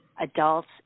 Adults